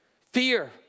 Fear